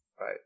Right